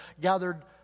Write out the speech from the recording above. gathered